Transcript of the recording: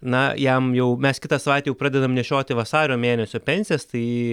na jam jau mes kitą savaitę jau pradedam nešioti vasario mėnesio pensijas tai